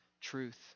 truth